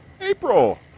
April